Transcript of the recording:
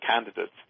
candidates